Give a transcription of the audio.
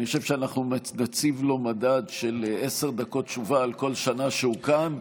אני חושב שאנחנו נציב לו מדד של עשר דקות תשובה על כל שנה שהוא כאן,